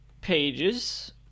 pages